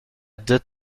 did